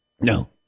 No